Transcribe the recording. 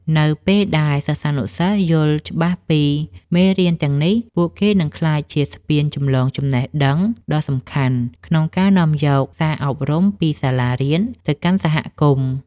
នៅពេលដែលសិស្សានុសិស្សយល់ច្បាស់ពីមេរៀនទាំងនេះ ពួកគេនឹងក្លាយជាស្ពានចម្លងចំណេះដឹងដ៏សំខាន់ ក្នុងការនាំយកសារអប់រំពីសាលារៀនទៅកាន់សហគមន៍។